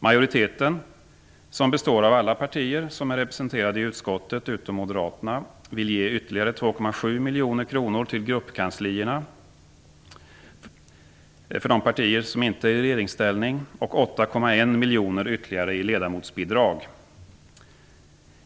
Majoriteten, som består av alla partier som är representerade i utskottet utom Moderaterna, vill ge ytterligare 2,7 miljoner kronor till gruppkanslierna för de partier som inte är i regeringsställning och 8,1 miljoner kronor ytterligare i ledamotsbidrag.